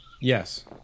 Yes